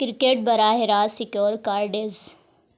cricket براہ راست score cards